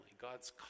God's